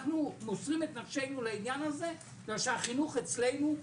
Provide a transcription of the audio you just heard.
אנחנו מוסרים את נפשנו לעניין הזה מכיוון שהחינוך אצלנו,